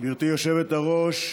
שנייה ושלישית,